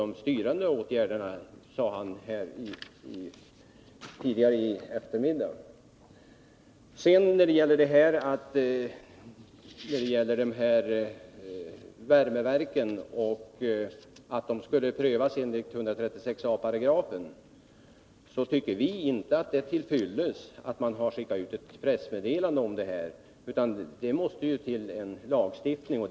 Men jordbruksministern sade själv i eftermiddags att han skulle utelämna de effektiva åtgärderna — de styrande åtgärderna. Vi tycker inte att det är till fyllest att man skickat ut ett pressmeddelande om att värmeverken skall prövas enligt 136 a §. Det måste till en lagstiftning.